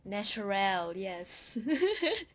natural yes